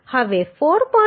હવે 4